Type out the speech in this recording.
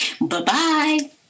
Bye-bye